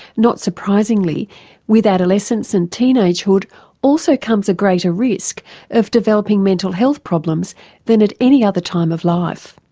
not surprisingly with adolescence and teenage-hood also comes a greater risk of developing mental health problems than at any other time of life.